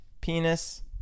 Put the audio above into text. Penis